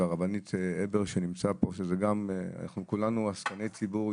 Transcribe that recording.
והרבנית הבר שנמצאת פה אנחנו כולנו עסקני ציבור,